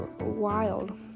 wild